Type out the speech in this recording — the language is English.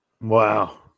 Wow